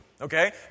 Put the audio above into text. okay